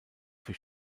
für